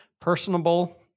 personable